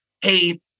hey